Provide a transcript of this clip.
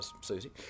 Susie